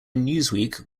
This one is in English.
newsweek